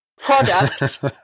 product